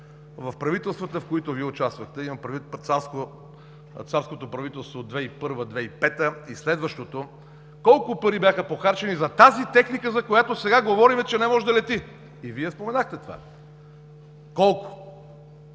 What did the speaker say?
в правителствата, в които Вие участвахте – имам предвид „царското правителство“ от 2001 – 2005-та и следващото – колко пари бяха похарчени за тази техника, за която сега говорим, че не може да лети? И Вие споменахте това. Колко?!